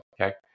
Okay